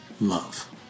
love